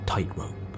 Tightrope